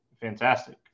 fantastic